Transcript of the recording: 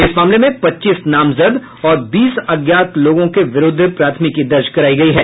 इस मामले में पच्चीस नामजद और बीस अज्ञात लोगों के विरुद्ध प्राथमिकी दर्ज करायी गई है